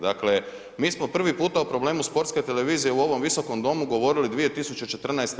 Dakle, mi smo prvi puta o problemu Sportske televizije u ovom Visokom domu govorili 2014.